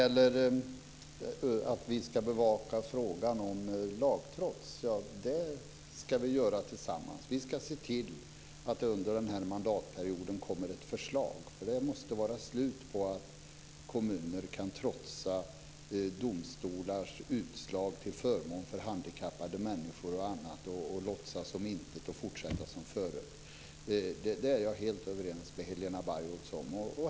Fru talman! Vi ska bevaka frågan om lagtrots tillsammans. Vi ska se till att det under denna mandatperiod kommer ett förslag. Det måste vara slut på att kommuner kan trotsa domstolars utslag till förmån för handikappade människor, t.ex., låtsas som ingenting och fortsätta som förut. Det är jag helt överens med Helena Bargholtz om.